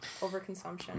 Overconsumption